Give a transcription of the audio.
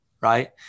right